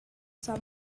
some